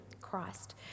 Christ